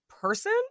person